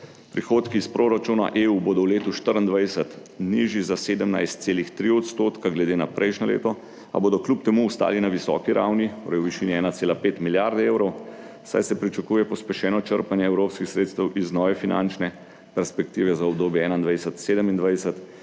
Prihodki iz proračuna EU bodo v letu 2024 nižji za 17,3 % glede na prejšnje leto, a bodo kljub temu ostali na visoki ravni, torej v višini 1,5 milijard evrov, saj se pričakuje pospešeno črpanje evropskih sredstev iz nove finančne perspektive za obdobje 2021-2027